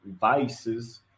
vices